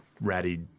ratty